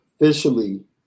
officially